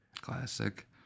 Classic